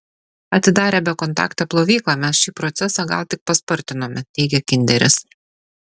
atidarę bekontaktę plovyklą mes šį procesą gal tik paspartinome teigia kinderis